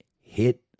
hit